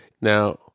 Now